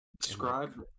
Describe